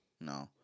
No